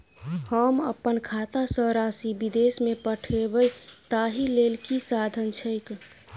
हम अप्पन खाता सँ राशि विदेश मे पठवै ताहि लेल की साधन छैक?